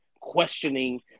questioning